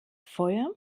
feuer